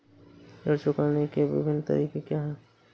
ऋण चुकाने के विभिन्न तरीके क्या हैं?